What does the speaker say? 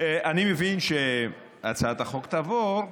אני מבין שהצעת החוק תעבור,